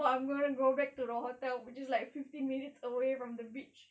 I'm gonna go back to the hotel which is like fifteen minutes away from the beach